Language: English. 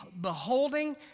beholding